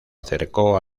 acercó